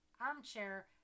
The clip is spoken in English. armchair